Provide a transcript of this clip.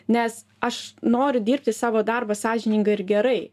nes aš noriu dirbti savo darbą sąžiningai ir gerai